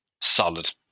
Solid